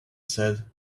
said